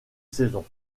saisons